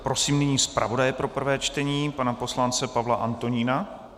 Prosím nyní zpravodaje pro prvé čtení pana poslance Pavla Antonína.